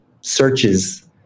searches